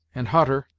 and hutter,